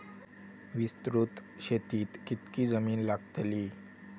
विस्तृत शेतीक कितकी जमीन लागतली?